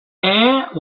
air